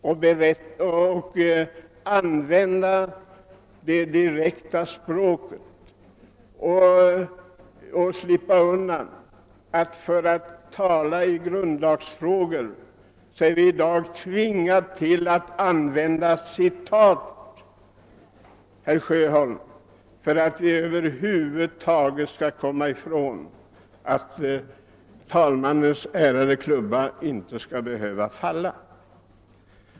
Vi här i riksdagen borde därvid kunna tala ett direkt språk och slippa att, såsom vi i dag tvingas göra i grundlagsfrågor, använda citat för att inte herr talmannens klubba skall falla.